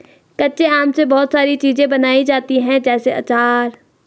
कच्चे आम से बहुत सारी चीज़ें बनाई जाती है जैसे आचार